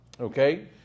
Okay